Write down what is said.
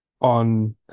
on